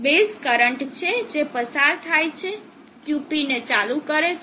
base current છે જે પસાર થાય છે QP ને ચાલુ કરે છે